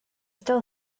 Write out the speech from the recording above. still